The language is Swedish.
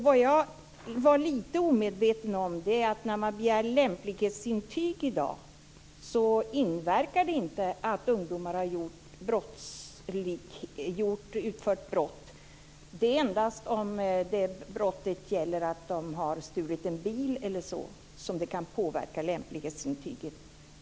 Vad jag var lite omedveten om är att när man begär lämplighetsintyg i dag inverkar det inte att ungdomar har utfört brott. Det är endast om brottet gäller att de har stulit en bil eller liknande som det kan påverka lämplighetsintyget.